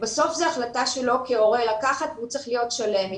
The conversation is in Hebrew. בסוף זו החלטה שלו כהורה לקחת והוא צריך להיות שלם איתה.